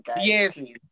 Yes